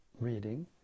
reading